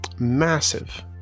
massive